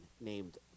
named